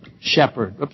shepherd